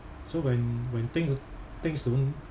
so when when thing things don't